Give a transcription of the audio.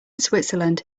switzerland